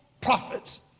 prophets